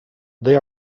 they